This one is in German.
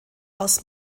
aus